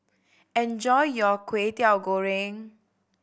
enjoy your Kwetiau Goreng